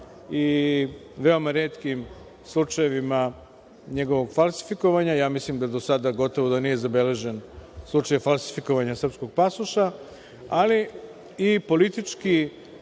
i veoma retkim slučajevima njegovog falsifikovanja, mislim da do sada gotovo da nije zabeležen slučaj falsifikovanja srpskog pasoša, ali je i politički